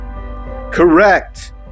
Correct